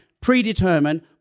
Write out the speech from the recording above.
predetermined